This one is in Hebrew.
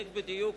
איך בדיוק